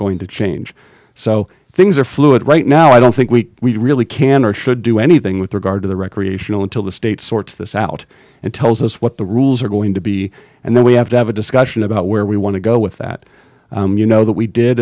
going to change so things are fluid right now i don't think we really can or should do anything with regard to the recreational until the state sorts this out and tells us what the rules are going to be and then we have to have a discussion about where we want to go with that you know that we did